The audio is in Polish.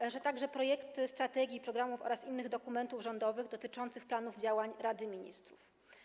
Dotyczy to także projektów strategii programów oraz innych dokumentów rządowych dotyczących planów działań Rady Ministrów.